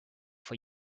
for